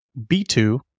B2